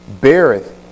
Beareth